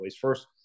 First